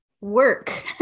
work